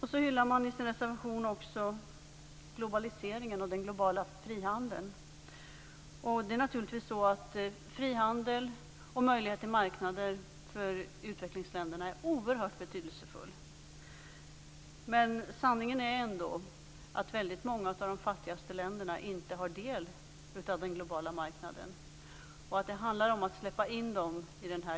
I sin reservation hyllar moderaterna också globaliseringen och den globala frihandeln. Naturligtvis är frihandel och möjlighet till marknader för utvecklingsländerna oerhört betydelsefullt. Men sanningen är ändå att väldigt många av de fattigaste länderna inte har del av den globala marknaden, och det handlar om att släppa in dem här.